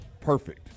perfect